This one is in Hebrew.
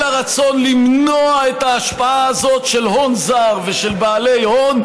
הרצון למנוע את ההשפעה הזאת של הון זר ושל בעלי הון,